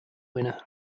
winner